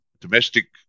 domestic